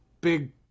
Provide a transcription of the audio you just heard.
big